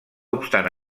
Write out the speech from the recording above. obstant